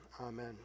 Amen